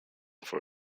for